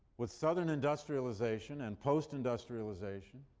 with southern industrialization and post-industrialization,